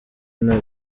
nta